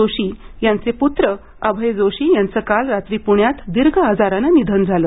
जोशी यांचे प्त्र अभय जोशी यांचं काल रात्री प्ण्यात दीर्घ आजारानं निधन झालं